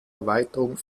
erweiterung